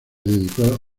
dedicó